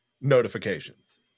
notifications